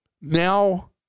Now